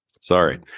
Sorry